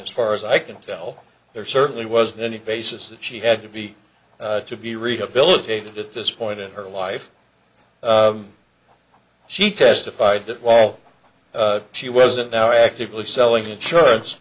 as far as i can tell there certainly wasn't any basis that she had to be to be rehabilitated at this point in her life she testified that while she wasn't now actively selling insurance